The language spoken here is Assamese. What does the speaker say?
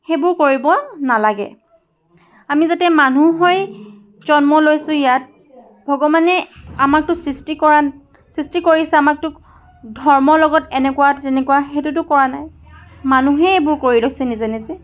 সেইবোৰ কৰিব নালাগে আমি যাতে মানুহ হৈ জন্ম লৈছোঁ ইয়াত ভগৱানে আমাকতো সৃষ্টি কৰাত সৃষ্টি কৰিছে আমাকতো ধৰ্মৰ লগত এনেকুৱা তেনেকুৱা সেইটোতো কৰা নাই মানুহেই এইবোৰ কৰি লৈছে নিজে নিজে